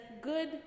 good